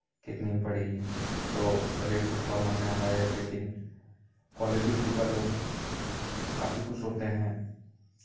कितने में पड़ी तो रेट तो थोड़ा महंगा है लेकिन क्वालिटी के ऊपर लोग काफी खुश होते हैं